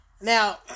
Now